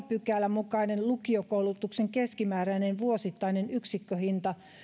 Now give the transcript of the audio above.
pykälän mukainen lukiokoulutuksen keskimääräinen vuosittainen yksikköhinta